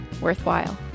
worthwhile